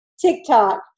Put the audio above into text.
TikTok